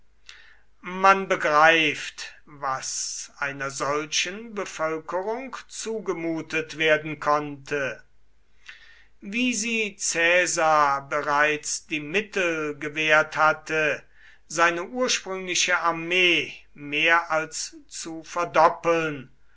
man begreift was einer solchen bevölkerung zugemutet werden konnte wie sie caesar bereits die mittel gewährt hatte seine ursprüngliche armee mehr als zu verdoppeln